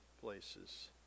places